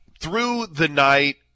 through-the-night